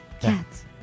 Cats